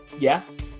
Yes